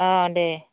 अ दे